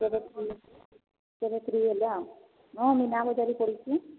କେବେ ଫ୍ରି କେବେ ଫ୍ରି ହେଲେ ଆଉ ହଁ ମିନାବଜାର ବି ପଡ଼ିଛି